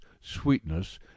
sweetness